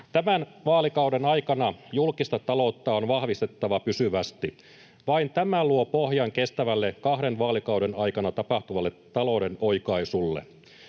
Tämän vaalikauden aikana julkista taloutta on vahvistettava pysyvästi. Vain tämä luo pohjan kestävälle kahden vaalikauden aikana tapahtuvalle talouden oikaisulle.